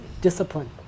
discipline